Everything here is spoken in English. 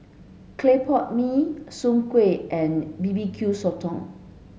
Clay Pot Mee Soon Kway and B B Q Sotong